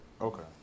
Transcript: okay